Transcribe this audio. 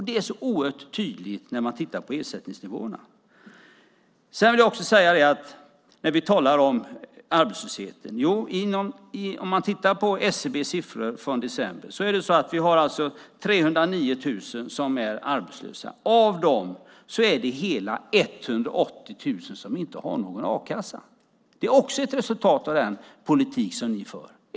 Det är så oerhört tydligt när man tittar på ersättningsnivåerna. När vi talar om arbetslösheten vill jag också säga att om man tittar på SCB:s siffror från december är 309 000 arbetslösa. Av dem är det hela 180 000 som inte har någon a-kassa. Det är också ett resultat av den politik som ni för.